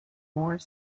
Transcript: more